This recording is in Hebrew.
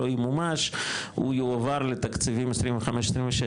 לא ימומש הוא יועבר לתקציבים 25-26,